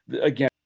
again